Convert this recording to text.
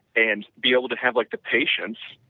and be able to have like the patience,